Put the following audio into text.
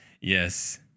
Yes